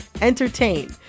entertain